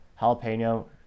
jalapeno